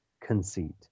conceit